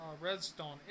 Redstone